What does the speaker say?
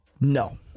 No